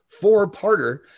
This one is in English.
four-parter